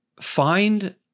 Find